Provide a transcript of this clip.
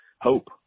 hope